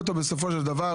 וגם על זה לא קיבלנו תשובה.